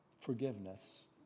forgiveness